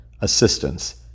assistance